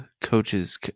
coaches